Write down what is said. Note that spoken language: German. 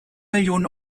million